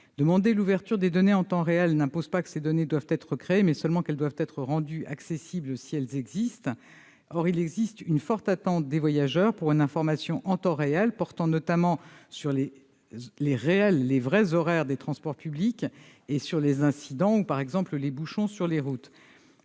Demander l'ouverture des données en temps réel n'impose pas que ces données doivent être créées, mais seulement qu'elles doivent être rendues accessibles si elles existent. Or il y a une forte attente des voyageurs pour une information en temps réel portant notamment sur les véritables horaires des transports publics et sur les incidents -par exemple les bouchons sur les routes.